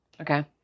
okay